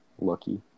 Lucky